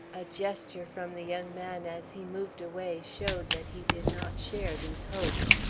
a gesture from the young man as he moved away showed that he did not share these hopes.